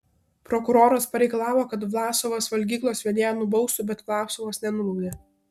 prokuroras pareikalavo kad vlasovas valgyklos vedėją nubaustų bet vlasovas nenubaudė